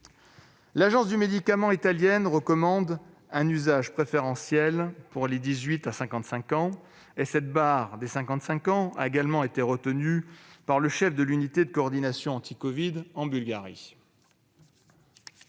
L'agence du médicament italienne recommande un « usage préférentiel » pour les 18-55 ans, et cette barre des 55 ans a également été retenue par le chef de l'unité de coordination anti-covid en Bulgarie.